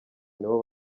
nibo